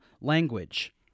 language